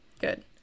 good